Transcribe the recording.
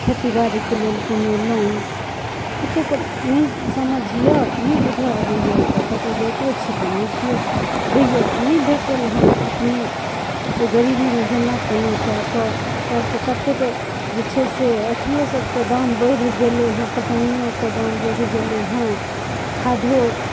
खेती बारी के लेल कोनो लोन ओतेक नहि समझ यऽ नहि बुझऽ अबैया तऽ कतौ जाइतो छी तऽ नहि केओ दैया तऽ नहि भेटल हँ अपने एहि गरीबीमे जेना तेना कए कऽ आइ काल्हि तऽ ततेक जे छै से अथियो सबके दाम बढ़ि गेलै हँ पटौनियोके दाम बढ़ि गेलै हँ खादो